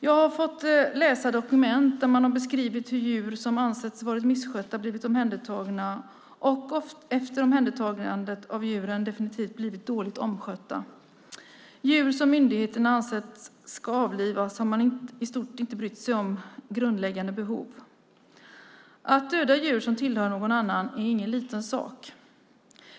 Jag har fått läsa dokument där man har beskrivit hur djur som ansetts ha varit misskötta blivit omhändertagna och efter omhändertagandet definitivt blivit dåligt omskötta. Man har i stort sett inte brytt sig om grundläggande behov hos de djur som myndigheterna ansett ska avlivas. Att döda djur som tillhör någon annan är ingen liten sak.